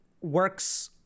works